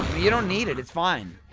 you don't need it, it's fine